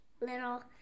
little